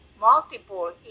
multiple